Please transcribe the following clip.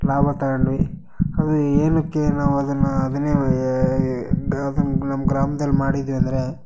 ಲಾಭ ತಗೊಂಡ್ವಿ ಅದು ಏನಕ್ಕೆ ನಾವು ಅದನ್ನು ಅದನ್ನೇ ಗ್ ಅದನ್ನು ನಮ್ಮ ಗ್ರಾಮ್ದಲ್ಲಿ ಮಾಡಿದ್ವಿ ಅಂದರೆ